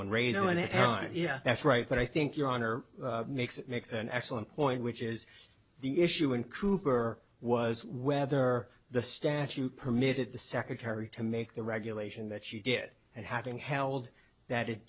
airline yeah that's right but i think your honor makes it makes an excellent point which is the issue in cooper was whether the statute permitted the secretary to make the regulation that she did and having held that it